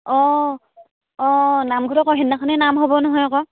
অঁ অঁ নাম সেইদিনাখনে নাম হ'ব নহয় আকৌ